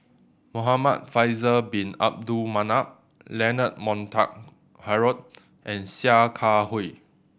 Muhamad Faisal Bin Abdul Manap Leonard Montague Harrod and Sia Kah Hui